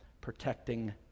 protecting